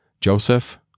Joseph